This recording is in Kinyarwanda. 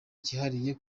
cyihariye